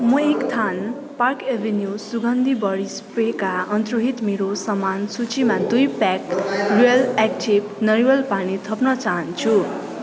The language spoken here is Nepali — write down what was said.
म एक थान पार्क एभेन्यू सुगन्धि बडी स्प्रेका अन्त्रहित मेरो सामान सूचीमा दुई प्याक रियल एक्टिभ नरिवल पानी थप्न चाहन्छु